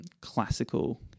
classical